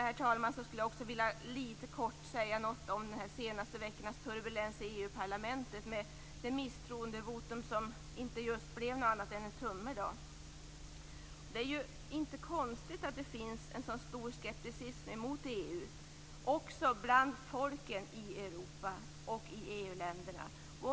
Herr talman! Jag vill lite kort säga något om de senaste veckornas turbulens i Europaparlamentet med det misstroendevotum som inte blev något annat än en tumme. Det är inte konstigt att det finns en så stor skepticism mot EU bland folken i Europa och i EU länderna.